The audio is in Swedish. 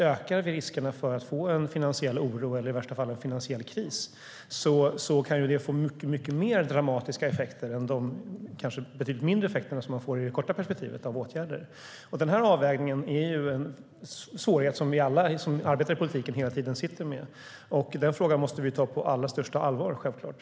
Ökar vi riskerna för att få en finansiell oro eller i värsta fall en finansiell kris kan det få långt mer dramatiska effekter än de betydligt mindre effekter som åtgärderna får i det korta perspektivet. Denna avvägning är en svårighet som vi alla i politiken sitter med. Den frågan måste vi ta på allra största allvar, självklart.